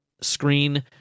screen